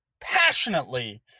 passionately